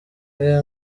bwe